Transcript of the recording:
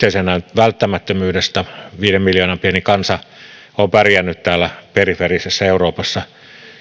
välttämättömyydestä viiden miljoonan pieni kansa on pärjännyt täällä perifeerisessä euroopassa